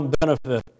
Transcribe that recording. benefit